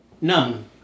none